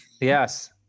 Yes